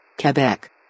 Quebec